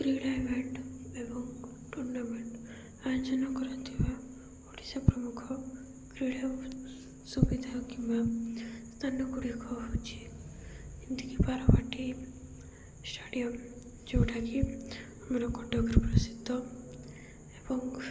କ୍ରୀଡ଼ା ଇଭେଣ୍ଟ ଏବଂ ଟୁର୍ଣ୍ଣାମେଣ୍ଟ ଆୟୋଜନ କରାଯଥିବା ଓଡ଼ିଶା ପ୍ରମୁଖ କ୍ରୀଡ଼ା ସୁବିଧା କିମ୍ବା ସ୍ଥାନ ଗୁଡ଼ିକ ହେଉଛି ଯେମିତିକି ବାରବାଟୀ ଷ୍ଟାଡ଼ିୟମ ଯେଉଁଟାକି ଆମର କଟକର ପ୍ରସିଦ୍ଧ ଏବଂ